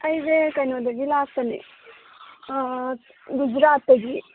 ꯑꯩꯁꯦ ꯀꯩꯅꯣꯗꯒꯤ ꯂꯥꯛꯄꯅꯤ ꯒꯨꯖꯔꯥꯠꯇꯒꯤ